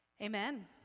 Amen